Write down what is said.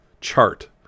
chart